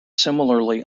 similarly